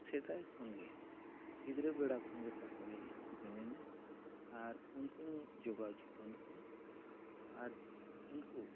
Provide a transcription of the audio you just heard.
ᱥᱮᱫᱟᱭ ᱠᱷᱚᱱᱜᱮ ᱜᱤᱫᱽᱨᱟᱹ ᱵᱮᱲᱟ ᱠᱷᱚᱱᱜᱮ ᱛᱚᱯᱚᱞ ᱢᱤᱱᱟᱹᱧᱟ ᱟᱨ ᱩᱱᱠᱩᱧ ᱡᱚᱜᱟᱣ ᱡᱚᱛᱚᱱ ᱠᱚᱣᱟ ᱟᱨ ᱩᱱᱠᱩ